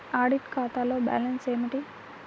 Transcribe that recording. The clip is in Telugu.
ఆడిట్ ఖాతాలో బ్యాలన్స్ ఏమిటీ?